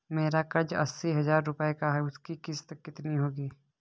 मेरा कर्ज अस्सी हज़ार रुपये का है उसकी किश्त कितनी होगी?